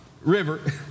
river